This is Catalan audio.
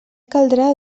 caldrà